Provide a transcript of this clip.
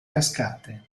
cascate